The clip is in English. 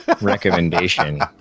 recommendation